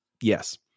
Yes